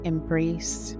Embrace